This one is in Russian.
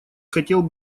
хотел